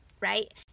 right